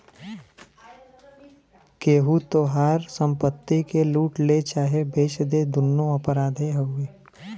केहू तोहार संपत्ति के लूट ले चाहे बेच दे दुन्नो अपराधे हउवे